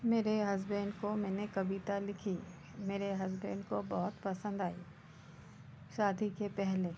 मेरे हसबेंड को मैंने कविता लिखी मेरे हसबेंड को बहुत पसंद आई शादी के पहले